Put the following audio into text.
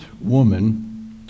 woman